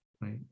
right